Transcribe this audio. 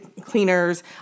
cleaners